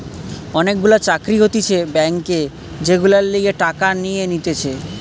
অনেক গুলা চাকরি হতিছে ব্যাংকে যেগুলার লিগে টাকা নিয়ে নিতেছে